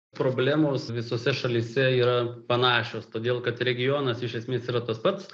problemos visose šalyse yra panašios todėl kad regionas iš esmės yra tas pats